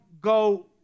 go